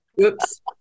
Oops